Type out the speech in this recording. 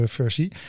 versie